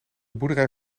boerderij